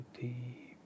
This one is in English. deep